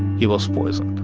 he was poisoned